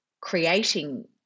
creating